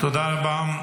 תודה רבה.